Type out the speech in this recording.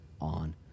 on